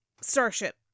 Starship